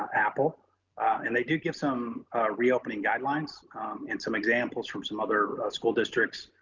appa and they do give some reopening guidelines and some examples from some other school districts.